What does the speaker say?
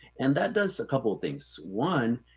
and that does a couple of things. one,